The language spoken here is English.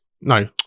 no